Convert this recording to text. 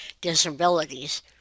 Disabilities